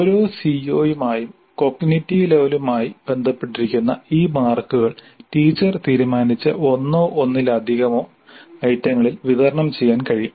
ഓരോ സിഒയുമായും കോഗ്നിറ്റീവ് ലെവലുമായി ബന്ധപ്പെട്ടിരിക്കുന്ന ഈ മാർക്കുകൾ ടീച്ചർ തീരുമാനിച്ച ഒന്നോ അതിലധികമോ ഐറ്റങ്ങളിൽ വിതരണം ചെയ്യാൻ കഴിയും